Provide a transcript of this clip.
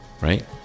right